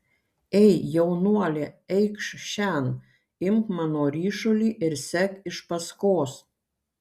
ei jaunuoli eikš šen imk mano ryšulį ir sek iš paskos